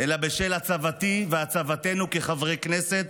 אלא בשל הצבתי והצבתנו, חברי הכנסת,